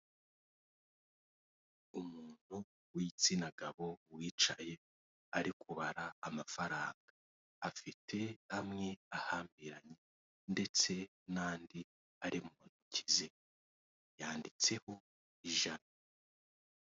Umuntu w'igitsina gabo wicaye ari kubara amafaranga, afite amwe ahambiranye ndetse n'andi ari mu ntoki ze yanditseho ijana.